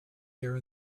here